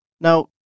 Now